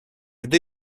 gdy